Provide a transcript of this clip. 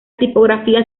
tipografía